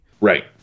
Right